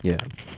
ya